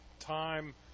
time